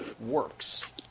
works